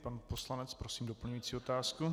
Pan poslanec, prosím doplňující otázku.